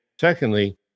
secondly